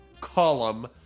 column